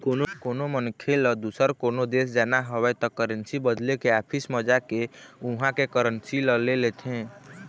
कोनो मनखे ल दुसर कोनो देश जाना हवय त करेंसी बदले के ऑफिस म जाके उहाँ के करेंसी ल ले लेथे